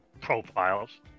Profiles